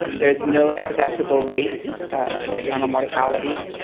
there's no acceptable rate of maternal mortality,